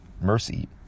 mercy